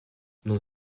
non